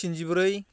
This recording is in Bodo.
स्निजिब्रै